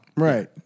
Right